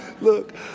Look